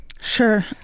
Sure